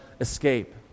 escape